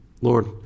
Lord